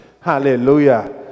Hallelujah